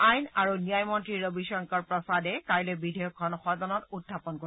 আইন আৰু ন্যায় মন্ত্ৰী ৰবিশংকৰ প্ৰসাদে কাইলৈ বিধেয়কখন সদনত উখাপন কৰিব